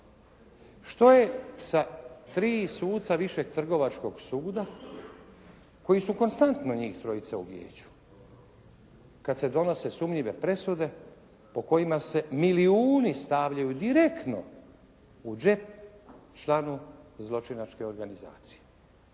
Što je sa tri suca Višeg trgovačkog suda koji su konstantno njih trojica u Vijeću kad se donose sumnjive presude po kojima se milijuni stavljaju direktno u džep članu zločinačke organizacije.